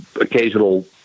occasional